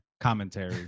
commentary